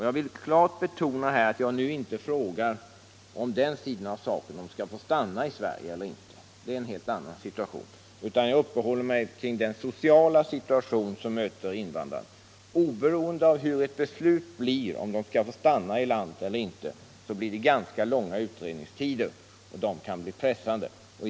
Jag vill klart betona att jag inte frågar om dessa invandrare skall få stanna i Sverige eller inte — det är en helt annan sak — utan jag uppehåller mig vid den sociala situation som möter invandrarna. Oberoende av om de skall få stanna i Sverige eller inte blir det ganska långa utredningstider och det kan bli pressande.